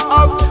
up